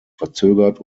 verzögert